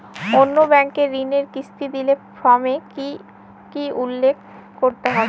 অন্য ব্যাঙ্কে ঋণের কিস্তি দিলে ফর্মে কি কী উল্লেখ করতে হবে?